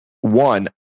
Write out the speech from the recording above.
One